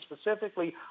specifically